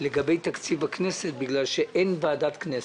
לגבי תקציב בכנסת בגלל שאין ועדת כנסת.